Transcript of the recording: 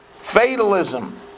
fatalism